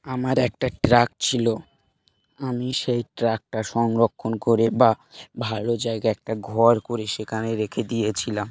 আমার একটা ট্রাক ছিল আমি সেই ট্রাকটা সংরক্ষণ করে বা ভালো জায়গা একটা ঘর করে সেখানে রেখে দিয়েছিলাম